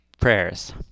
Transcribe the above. prayers